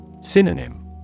Synonym